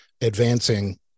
advancing